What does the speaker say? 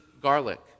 garlic